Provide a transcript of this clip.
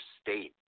state